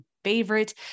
Favorite